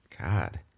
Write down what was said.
God